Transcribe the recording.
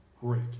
great